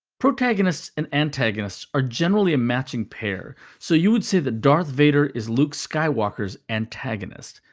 protagonists and antagonists are generally a matching pair, so you would say that darth vader is luke skywalker's antagonist.